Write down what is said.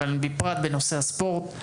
אבל בפרט בנושא ספורט.